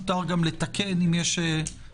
מותר גם לתקן אם יש מחלוקת,